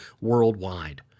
worldwide